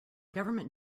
government